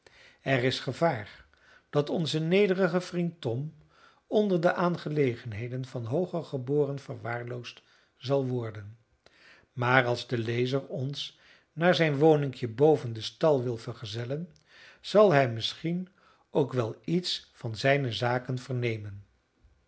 er is gevaar dat onze nederige vriend tom onder de aangelegenheden van hooger geborenen verwaarloosd zal worden maar als de lezer ons naar zijn woninkje boven den stal wil vergezellen zal hij misschien ook wel iets van zijne zaken vernemen